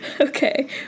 okay